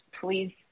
please